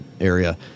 area